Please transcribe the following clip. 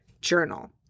journal